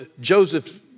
Joseph